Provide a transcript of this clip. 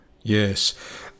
Yes